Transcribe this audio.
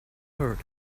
heard